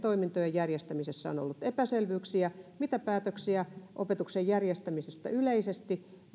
järjestämisessä on ollut epäselvyyksiä siitä mitä päätöksiä opetuksen järjestämistä yleisesti